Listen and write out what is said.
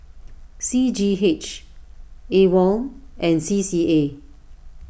C G H Awol and C C A